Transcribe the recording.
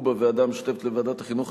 ובוועדה המשותפת לוועדת החינוך,